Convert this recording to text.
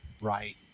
right